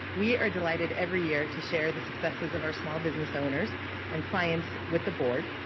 we are delighted every year to share the successes of our small business owners and clients with the board.